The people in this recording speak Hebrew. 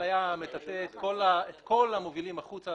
זה היה מטאטא את כל המובילים החוצה